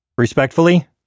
Respectfully